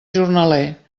jornaler